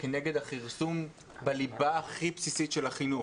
כנגד הכרסום בליבה הכי בסיסית של החינוך.